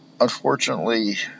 Unfortunately